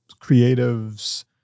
creatives